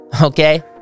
Okay